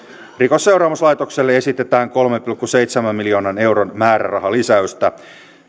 rikosseuraamuslaitokselle esitetään kolmen pilkku seitsemän miljoonan euron määrärahalisäystä